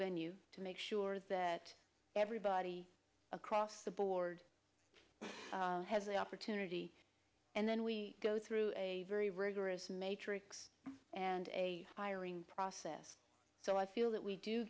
venue to make sure that everybody across the board has the opportunity and then we go through a very rigorous matrix and a hiring process so i feel that we do